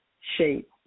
shape